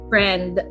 Friend